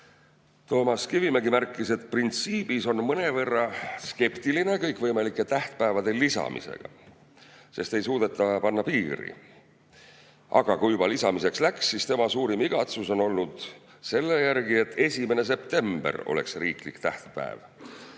Toomas Kivimägi märkis, et ta on printsiibis mõnevõrra skeptiline kõikvõimalike tähtpäevade lisamise suhtes, sest ei suudeta panna piiri. Aga kui juba lisamiseks läks, siis tema suurim igatsus on olnud selle järgi, et 1. september oleks riiklik tähtpäev.